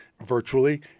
virtually